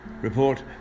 report